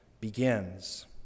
begins